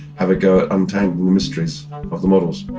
have a go at untangling the mysteries of the models